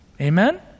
Amen